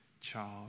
child